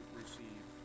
receive